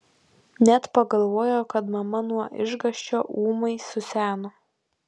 net pagalvojo kad mama nuo išgąsčio ūmai suseno